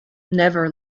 never